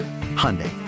Hyundai